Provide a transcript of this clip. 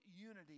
unity